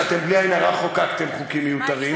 ואתם בלי עין הרע חוקקתם חוקים מיותרים,